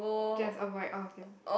just avoid all of them